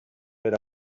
per